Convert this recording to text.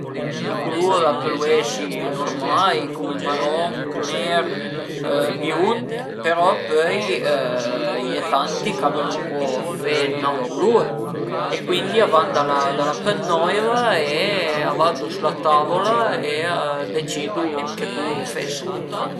I culur a pölu esi nurmai cume maron, ner, biund, però pöi a ie tanti ch'a völu co fe ün aut culur e cuindi a van da la da la pënnoira e a vardu s'la tavola e a decidu che culur fese